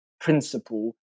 principle